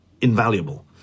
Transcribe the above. invaluable